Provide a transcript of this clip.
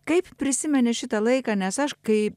kaip prisimeni šitą laiką nes aš kai